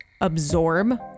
absorb